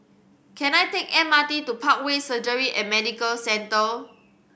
can I take M R T to Parkway Surgery and Medical Centre